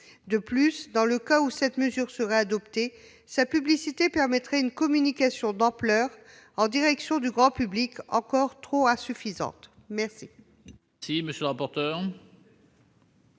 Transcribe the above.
De plus, dans le cas où cette mesure serait adoptée, sa publicité permettrait une communication d'ampleur en direction du grand public, encore trop peu informé